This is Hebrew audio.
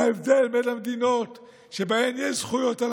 ההבדל בין המדינות שבהן יש זכויות על